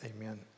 Amen